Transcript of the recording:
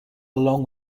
along